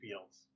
fields